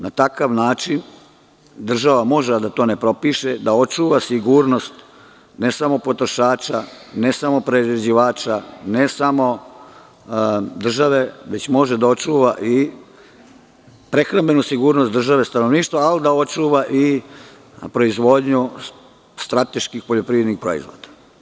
Na takav način država može, a da to ne propiše, da očuva sigurnost, ne samo potrošača, ne samo prerađivača, ne samo države, već može da očuva i prehrambenu sigurnost države, stanovništva, ali i da očuva proizvodnju strateških poljoprivrednih proizvoda.